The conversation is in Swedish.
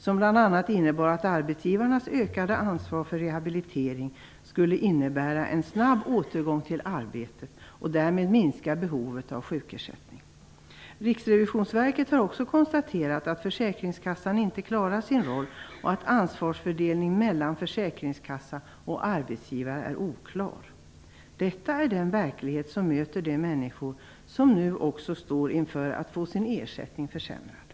Det innebar bl.a. att arbetsgivarnas ökade ansvar för rehabilitering skulle innebära en snabb återgång till arbetet och därmed minska behovet av sjukersättning. Riksrevisionsverket har också konstaterat att försäkringskassan inte klarar sin roll, och att ansvarsfördelningen mellan försäkringskassa och arbetsgivare är oklar. Detta är den verklighet som möter de människor som nu också står inför att få sin ersättning försämrad.